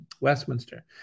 Westminster